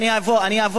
משום שאתמול,